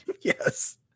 Yes